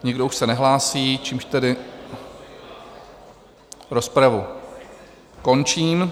Nikdo už se nehlásí, čímž tedy rozpravu končím.